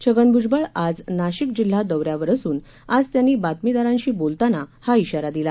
छगन भूजबळ आज नाशिक जिल्हा दौऱ्यावर असून आज त्यांनी बातमीदारांशी बोलताना हा श्रारा दिला